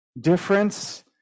difference